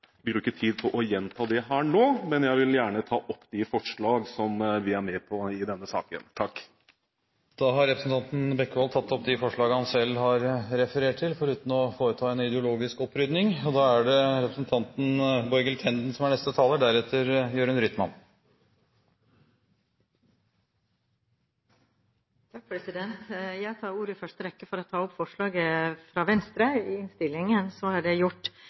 bruke tid på å gjenta det her nå. Men jeg vil gjerne ta opp de forslag som vi er med på i denne saken. Da har representanten Geir Jørgen Bekkevold tatt opp de forslagene han refererte til, foruten å foreta en ideologisk opprydning. Jeg tar i første rekke ordet for å ta opp forslaget fra Venstre i innstillingen – så er det gjort.